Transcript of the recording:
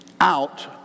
out